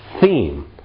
theme